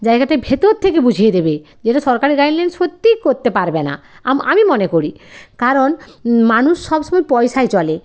জায়গাটায় ভেতর থেকে বুঝিয়ে দেবে যেটা সরকারি গাইডলাইন সত্যিই করতে পারবে না আম আমি মনে করি কারণ মানুষ সবসময় পয়সায় চলে